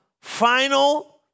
final